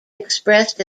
expressed